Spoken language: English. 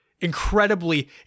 incredibly